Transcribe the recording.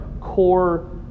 core